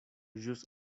ĵus